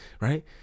right